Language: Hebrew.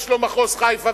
יש לו מחוז חיפה,